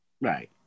Right